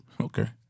Okay